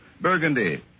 Burgundy